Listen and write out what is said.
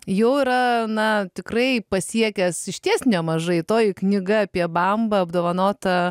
jau yra na tikrai pasiekęs išties nemažai toj knyga apie bambą apdovanota